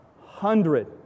hundred